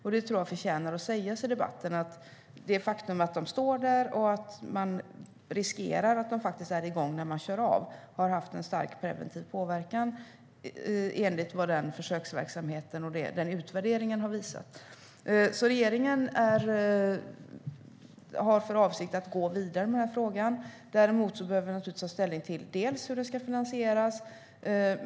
Jag tror att det förtjänar att sägas i debatten att det faktum att de står där och att man riskerar att de faktiskt är igång när man kör av har haft en stor preventiv påverkan. Detta har utvärderingen av försöksverksamheten visat. Regeringen har därför för avsikt att gå vidare med frågan. Däremot behöver vi naturligtvis ta ställning till hur detta ska finansieras.